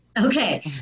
Okay